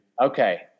Okay